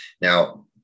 Now